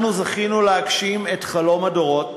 אנחנו זכינו להגשים את חלום הדורות,